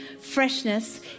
freshness